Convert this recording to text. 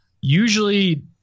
usually